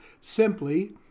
simply